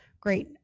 great